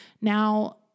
Now